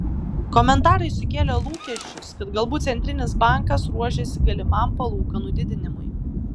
komentarai sukėlė lūkesčius kad galbūt centrinis bankas ruošiasi galimam palūkanų didinimui